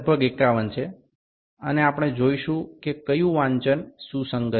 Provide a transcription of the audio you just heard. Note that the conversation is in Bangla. এটি প্রায় ৫১ এবং আমরা দেখতে পাচ্ছি কোনটি মিলে যাচ্ছে